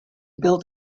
build